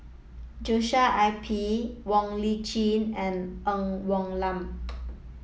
Joshua I P Wong Lip Chin and Ng Woon Lam